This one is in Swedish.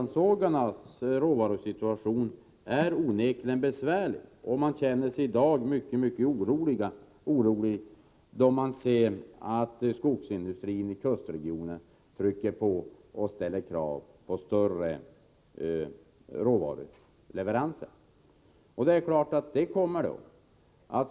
Deras råvarusituation är onekligen besvärlig, och man känner sig i dag mycket orolig då man ser att skogsindustrin i kustregionen trycker på och ställer krav på större råvaruleveranser.